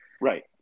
Right